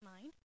mind